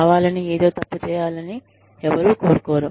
కావాలని ఏదో తప్పు చేయాలని ఎవరూ కోరుకోరు